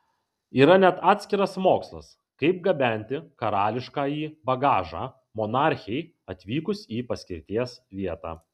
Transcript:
yra net atskiras mokslas kaip gabenti karališkąjį bagažą monarchei atvykus į paskirties vietą